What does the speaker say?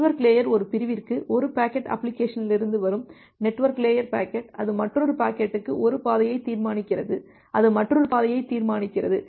network layer ஒரு பிரிவிற்கு ஒரு பாக்கெட் அப்ளிகேஷனிலிருந்து வரும் நெட்வொர்க் லேயர் பாக்கெட் இது மற்றொரு பாக்கெட்டுக்கு ஒரு பாதையை தீர்மானிக்கிறது அது மற்றொரு பாதையை தீர்மானிக்கிறது